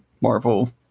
Marvel